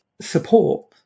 support